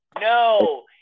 No